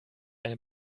eine